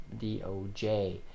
DOJ